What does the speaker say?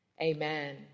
Amen